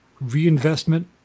reinvestment